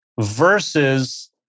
versus